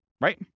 Right